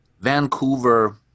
Vancouver